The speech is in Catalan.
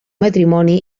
matrimoni